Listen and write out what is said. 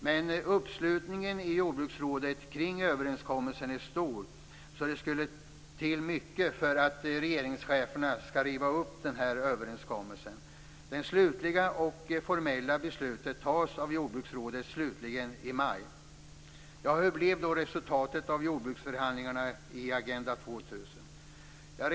Men uppslutningen i jordbruksrådet kring överenskommelsen är stor, så det skall mycket till för att regeringscheferna skall riva upp denna överenskommelse. Det slutliga och formella beslutet fattas av jordbruksrådet, troligen i maj. Hur blev då resultatet av jordbruksförhandlingarna i Agenda 2000?